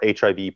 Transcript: HIV